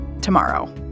tomorrow